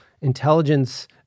intelligence